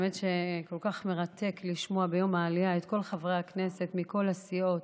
האמת היא שכל כך מרתק לשמוע ביום העלייה את כל חברי הכנסת מכל הסיעות.